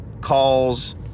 Calls